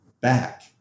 back